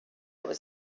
was